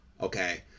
okay